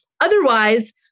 Otherwise